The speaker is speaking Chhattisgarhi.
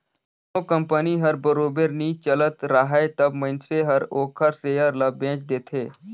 कोनो कंपनी हर बरोबर नी चलत राहय तब मइनसे हर ओखर सेयर ल बेंच देथे